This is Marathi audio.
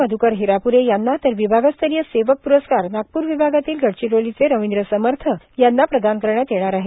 मध्कर हिरापुरे यांना तर विभागस्तरीय सेवक पुरस्कार नागपूर विभागातील गडचिरोलीचे रविंद्र समर्थ यांना प्रदान करण्यात येणार आहे